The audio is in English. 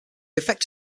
effect